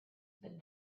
but